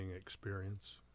experience